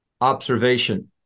observation